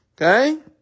Okay